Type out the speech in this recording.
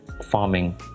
farming